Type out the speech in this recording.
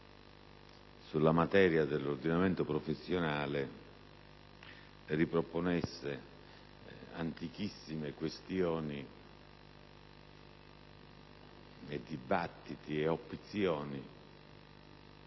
sulla materia dell'ordinamento professionale riproponesse antichissime questioni, dibattiti ed opzioni